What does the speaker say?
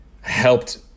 helped